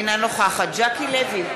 אינה נוכחת ז'קי לוי,